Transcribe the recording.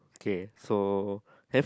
have okay so